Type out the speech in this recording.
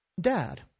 dad